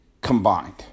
Combined